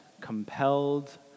compelled